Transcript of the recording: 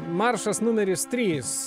maršas numeris trys